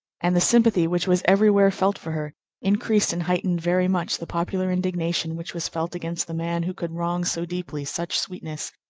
and the sympathy which was every where felt for her increased and heightened very much the popular indignation which was felt against the man who could wrong so deeply such sweetness,